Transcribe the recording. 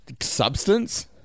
Substance